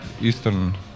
Eastern